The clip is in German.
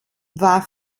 war